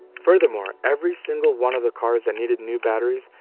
furthermore, every single one of the cars that needed new batteries,